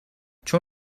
چون